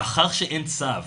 מאחר שאין צו,